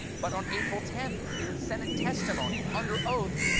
but on april ten, in senate testimony, under oath,